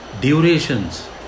durations